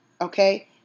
Okay